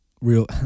real